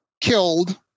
killed